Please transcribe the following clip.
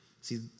See